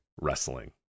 wrestling